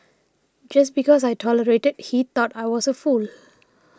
just because I tolerated he thought I was a fool